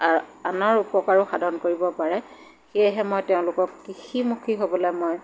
আনৰ উপকাৰো সাধন কৰিব পাৰে সেয়েহে মই তেওঁলোকক কৃষিমুখী হ'বলৈ মই